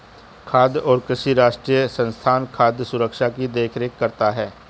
खाद्य और कृषि राष्ट्रीय संस्थान खाद्य सुरक्षा की देख रेख करता है